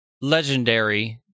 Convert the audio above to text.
legendary